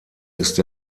ist